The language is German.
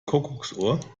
kuckucksuhr